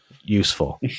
useful